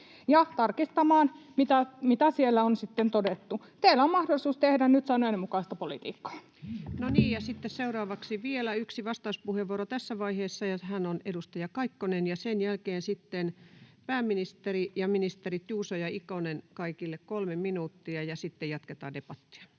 ja tarkistamaan, mitä siellä on sitten todettu. Teillä on mahdollisuus tehdä nyt sanojenne mukaista politiikkaa. No niin, ja sitten seuraavaksi vielä yksi vastauspuheenvuoro tässä vaiheessa, ja hän on edustaja Kaikkonen. Sen jälkeen sitten pääministeri ja ministerit Juuso ja Ikonen, kaikille kolme minuuttia, ja sitten jatketaan debattia.